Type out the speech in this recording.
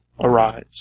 arise